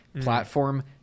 platform